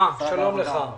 שלום לך.